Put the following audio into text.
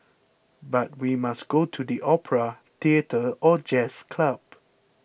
but we must go to the opera theatre or jazz club